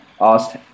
asked